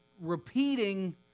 repeating